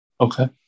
Okay